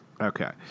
Okay